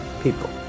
people